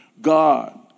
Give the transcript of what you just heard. God